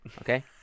Okay